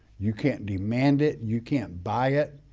you can't demand it, you can't buy it.